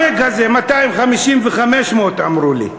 המא"ג הזה, 250 ו-500, אמרו לי.